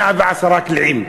110 קליעים.